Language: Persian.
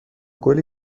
گلی